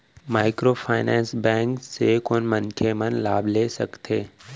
Microfinance bank से कोन मनखे मन लाभ ले सकथे?